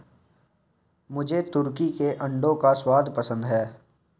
मुझे तुर्की के अंडों का स्वाद पसंद है